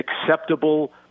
acceptable